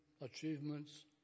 achievements